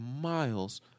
Miles